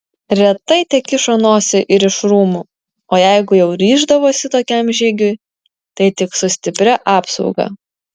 retai tekišo nosį ir iš rūmų o jeigu jau ryždavosi tokiam žygiui tai tik su stipria apsauga